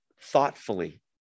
thoughtfully